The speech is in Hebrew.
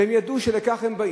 והם ידעו שלכך הם באים.